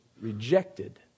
rejected